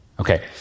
Okay